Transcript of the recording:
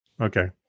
Okay